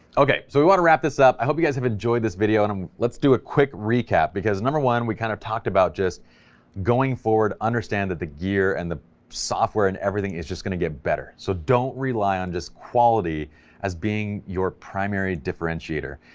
okay. so we want to wrap this up. i hope you guys have enjoyed this. and um let's do a quick recap, because number one we kind of talked about just going forward, understand that the gear and the software and everything is just gonna get better, so don't rely on just quality as being your primary differentiator.